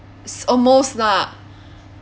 almost lah